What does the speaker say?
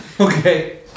okay